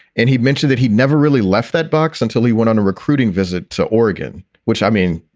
and he mentioned that he'd never really left that box until he went on a recruiting visit to oregon, which i mean,